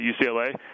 UCLA